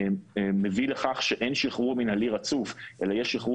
ומביא לכך שאין שחרור מינהלי רצוף אלא יש שחרור